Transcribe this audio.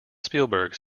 spielberg